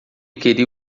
queria